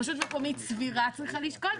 רשות מקומית סבירה צריכה לשקול,